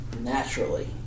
naturally